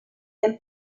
del